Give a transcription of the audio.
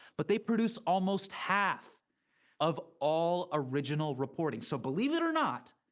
but they produce almost half of all original reporting. so believe it or not,